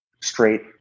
straight